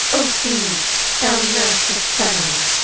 o thebes, thou nurse of semele!